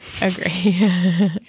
agree